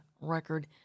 Record